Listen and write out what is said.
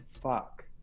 fuck